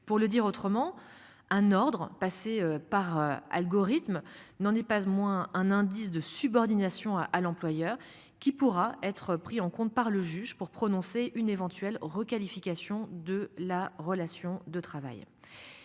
Pour le dire autrement un ordre passé par algorithme n'en est pas moins un indice de subordination à à l'employeur qui pourra être pris en compte par le juge pour prononcer une éventuelle requalification de la relation de travail.